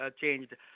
changed